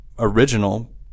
original